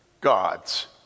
God's